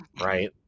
Right